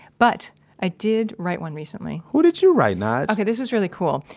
but i did write one recently who did you write, nige? okay, this is really cool.